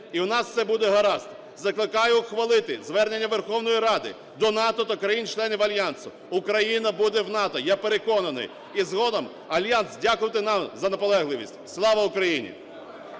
і у нас все буде гаразд. Закликаю ухвалити звернення Верховної Ради до НАТО та країн-членів Альянсу. Україна буде в НАТО, я переконаний. І згодом Альянс дякуватиме нам за наполегливість. Слава Україні!